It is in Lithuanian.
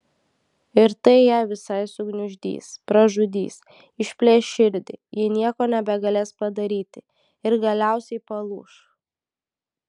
ir tai ją visai sugniuždys pražudys išplėš širdį ji nieko nebegalės padaryti ir galiausiai palūš